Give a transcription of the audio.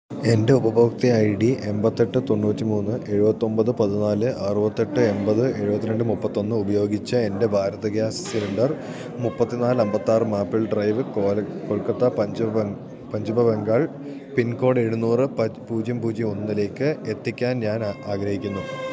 എൻ്റെ ഉപഭോക്തൃ I D എമ്പത്തെട്ട് തൊണ്ണൂറ്റി മൂന്ന് എഴുപത്തൊമ്പത് പതിനാല് അറുപത്തെട്ട് എമ്പത് എഴുപത്തിരണ്ട് മുപ്പത്തൊന്ന് ഉപയോഗിച്ച് എൻ്റെ ഭാരത് ഗ്യാസ് സിലിണ്ടർ മുപ്പത്തിനാല് അമ്പത്താറ് മാപ്പിൾ ഡ്രൈവ് കൊൽക്കത്ത പഞ്ചിമ ബംഗാൾ പിൻകോഡ് എഴുന്നൂറ് പൂജ്യം പൂജ്യം ഒന്നിലേക്ക് എത്തിക്കാൻ ഞാൻ ആഗ്രഹിക്കുന്നു